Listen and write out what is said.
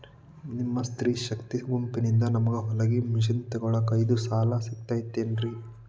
ನಿಮ್ಮ ಸ್ತ್ರೇ ಶಕ್ತಿ ಗುಂಪಿನಿಂದ ನನಗ ಹೊಲಗಿ ಮಷೇನ್ ತೊಗೋಳಾಕ್ ಐದು ಸಾಲ ಸಿಗತೈತೇನ್ರಿ?